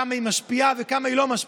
כמה היא משפיעה וכמה היא לא משפיעה,